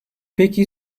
peki